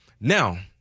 Now